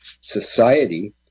Society